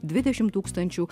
dvidešimt tūkstančių